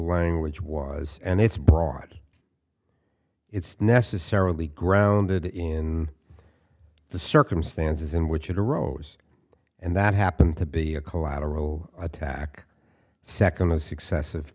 language was and it's broad it's necessarily grounded in the circumstances in which it arose and that happened to be a collateral attack second of successive